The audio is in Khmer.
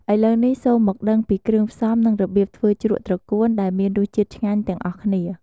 ឥឡូវនេះ សូមមកដឹងពីគ្រឿងផ្សំ និងរបៀបធ្វើជ្រក់ត្រកួនដែលមានរសជាតិឆ្ងាញ់ទាំងអស់គ្នា។